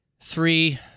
three